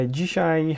Dzisiaj